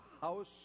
house